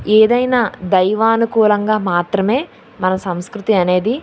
ఏదైనా దైవానుకూలంగా మాత్రమే మన సంస్కృతి అనేది